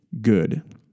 good